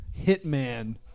hitman